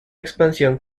expansión